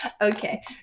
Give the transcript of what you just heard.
Okay